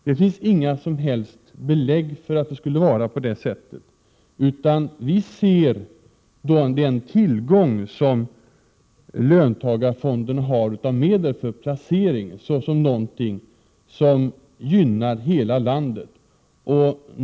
Det finns inget som helst belägg för att det skulle vara på det sättet. Vi ser löntagarfondernas tillgång på medel för placering som något som gynnar hela landet.